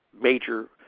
major